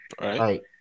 Right